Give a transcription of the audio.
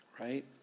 Right